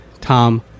Tom